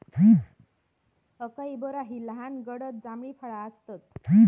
acai berry ही लहान गडद जांभळी फळा आसतत